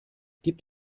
gibt